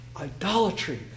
Idolatry